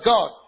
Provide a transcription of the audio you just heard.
God